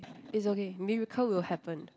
it's okay miracle will happen